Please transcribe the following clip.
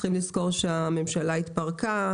צריך לזכור שהממשלה התפרקה,